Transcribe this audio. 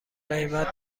قیمت